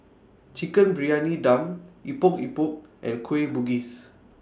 Chicken Briyani Dum Epok Epok and Kueh Bugis